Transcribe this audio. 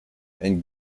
and